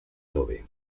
adobe